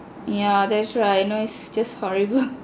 yeah that's right you know it's just horrible